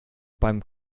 beim